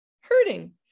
hurting